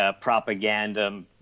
Propaganda